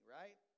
right